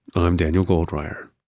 i'm daniel goldreyer.